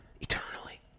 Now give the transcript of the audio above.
eternally